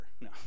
no